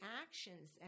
actions